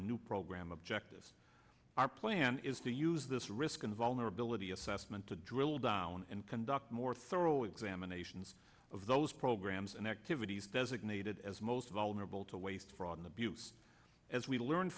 new program objectives our plan is to use this risk and vulnerability assessment to drill down and conduct more thorough examinations of those programs and activities designated as most vulnerable to waste fraud and abuse as we learn